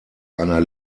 einer